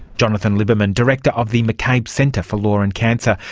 jonathan liberman, director of the mccabe centre for law and cancer,